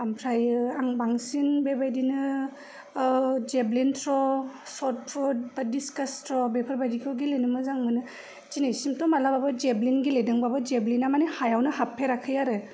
ओमफ्रायो आं बांसिन बेबायदिनो जेभलिन ट्र सतफुट बा डिस्कास ट्र बेफोरबादिखौ गेलेनो मोजां मोनो दिनैसिमथ' मालाबाबो जेभलिन गेलेदोंबाबो जेभलिना माने हायावनो हाबफेराखै आरो